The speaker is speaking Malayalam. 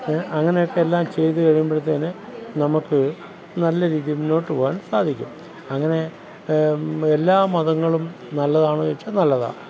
അങ്ങനെയൊക്കെ എല്ലാം ചെയ്തു കഴിയുമ്പോഴത്തേന് നമുക്ക് നല്ല രീതിയിൽ മുൻപോട്ടു പോകാന് സാധിക്കും അങ്ങനെ എല്ലാ മതങ്ങളും നല്ലതാണോ ചോദിച്ചാൽ നല്ലതാണ്